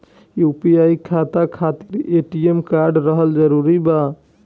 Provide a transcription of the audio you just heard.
UPI खाता खातिर ATM card रहल जरूरी बा?